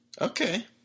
Okay